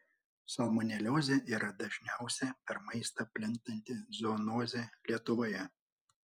salmoneliozė yra dažniausia per maistą plintanti zoonozė lietuvoje